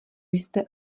jste